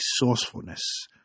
resourcefulness